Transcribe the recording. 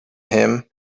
him